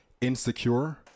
Insecure